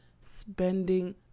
spending